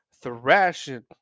Thrashing